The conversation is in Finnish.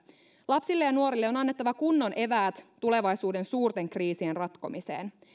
lapsille ja nuorille on annettava kunnon eväät tulevaisuuden suurten kriisien ratkomiseen